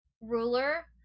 ruler